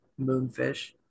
Moonfish